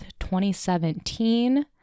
2017